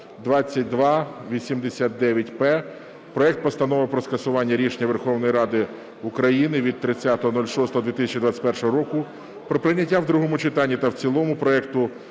2289-П. Проект Постанови про скасування рішення Верховної Ради України від 30.06.2021 року про прийняття в другому читанні та в цілому проекту